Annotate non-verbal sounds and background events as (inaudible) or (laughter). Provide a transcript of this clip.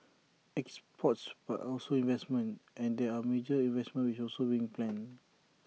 exports but also investments and there are major investments which are solving planned (noise)